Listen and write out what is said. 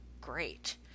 Great